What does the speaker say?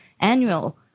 annual